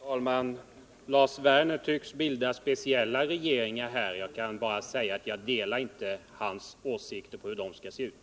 Herr talman! Lars Werner tycks bilda speciella regeringar här i dag. Jag vill bara säga att jag inte delar hans åsikter om hur de skall se ut.